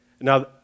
Now